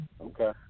Okay